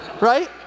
right